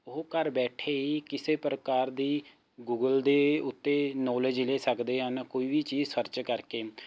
ਉਹ ਘਰ ਬੈਠੇ ਹੀ ਕਿਸੇ ਪ੍ਰਕਾਰ ਦੀ ਗੂਗਲ ਦੇ ਉੱਤੇ ਨੌਲੇਜ ਲੈ ਸਕਦੇ ਹਨ ਕੋਈ ਵੀ ਚੀਜ਼ ਸਰਚ ਕਰਕੇ